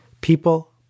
People